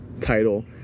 title